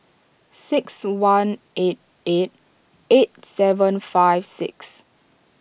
six one eight eight eight seven five six